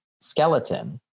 skeleton